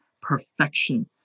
perfection